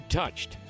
touched